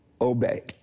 obey